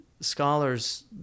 scholars